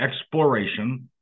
exploration